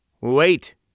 Wait